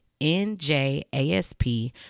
njasp